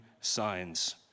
signs